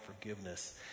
forgiveness